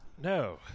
No